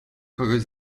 kogoś